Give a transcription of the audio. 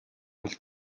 үйл